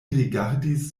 rigardis